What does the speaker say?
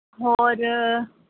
ਹੋਰ